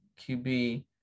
QB